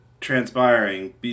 transpiring